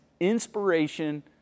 inspiration